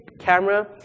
camera